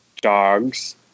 dogs